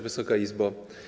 Wysoka Izbo!